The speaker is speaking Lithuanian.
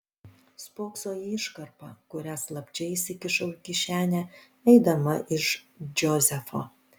spokso į iškarpą kurią slapčia įsikišau į kišenę eidama iš džozefo